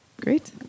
great